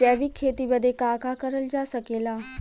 जैविक खेती बदे का का करल जा सकेला?